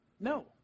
No